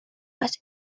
was